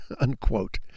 Unquote